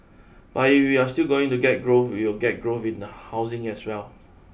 but if we are still going to get growth will get growth in the housing as well